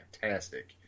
fantastic